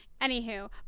Anywho